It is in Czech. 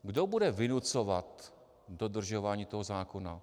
Kdo bude vynucovat dodržování toho zákona?